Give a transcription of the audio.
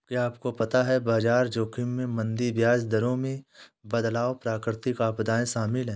क्या आपको पता है बाजार जोखिम में मंदी, ब्याज दरों में बदलाव, प्राकृतिक आपदाएं शामिल हैं?